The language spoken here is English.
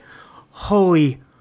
Holy